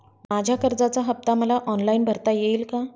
माझ्या कर्जाचा हफ्ता मला ऑनलाईन भरता येईल का?